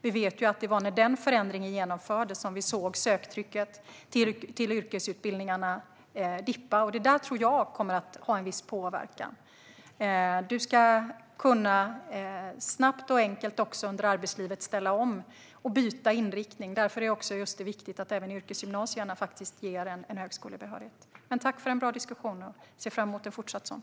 Det var när den tidigare förändringen genomfördes som söktrycket till yrkesutbildningarna dippade. Jag tror att det kommer att få en viss påverkan. Under arbetslivet ska man kunna ställa om och byta inriktning snabbt och enkelt. Därför är det viktigt att också yrkesgymnasierna ger högskolebehörighet. Jag vill tacka för en bra diskussion. Jag ser fram emot en fortsatt sådan.